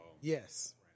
Yes